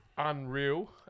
unreal